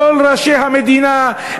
כל ראשי המדינה,